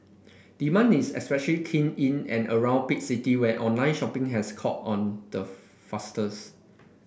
demand is especially keen in and around big city where online shopping has caught on the fastest